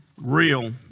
real